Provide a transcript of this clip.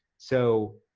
so,